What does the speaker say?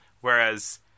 Whereas